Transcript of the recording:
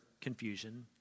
confusion